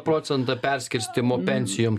procentą perskirstymo pensijom